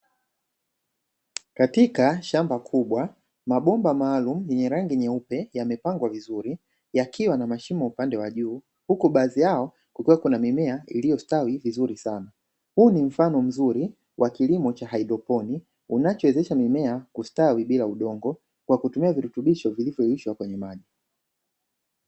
Katika shamba kubwa mabomba maalumu yenye rangi nyeupe yamepangwa vizuri yakiwa na mashimo upande wa juu. Huku baadhi yao kukiwa kuna mimea iliyostawi vizuri sana. Huu ni mfano mzuri wa kilimo cha haidroponi unachowezesha mimea kustawi bila udongo kwa kutumia virutubisho vilivyoyeyushwa kwenye maji.